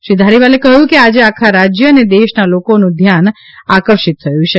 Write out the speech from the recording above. શ્રી ધારીવાલે કહ્યું કે આજે આખા રાજ્ય અને દેશના લોકોનું ધ્યાન આકર્ષિત થયું છે